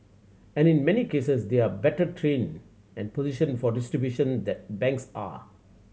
and in many cases they are better positioned for distribution than banks are